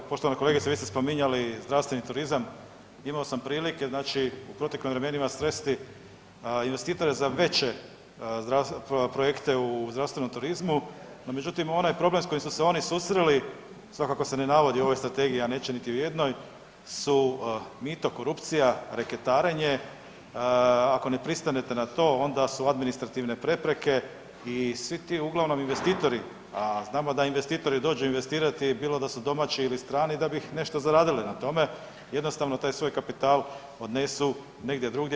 Evo poštovana kolegice vi ste spominjali zdravstveni turizam, imao sam prilike znači u proteklim vremenima sresti investitore za veće projekte u zdravstvenom turizmu no međutim onaj problem s kojim su se oni susreli svakako se ne navodi u ovoj strategiji, a neće niti u jednoj su mito, korupcija, reketarenje, ako ne pristanete na to onda su administrativne prepreke i svi ti uglavnom investitori, a znamo da investitori dođu investirati bilo da su domaći ili strani da bi nešto zaradili na tome jednostavno taj svoj kapital odnesu negdje drugdje.